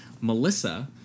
Melissa